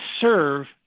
serve